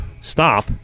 Stop